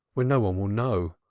where no one will know.